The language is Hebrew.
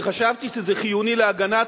כי חשבתי שזה חיוני להגנת,